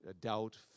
doubt